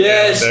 Yes